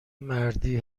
مردی